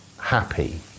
happy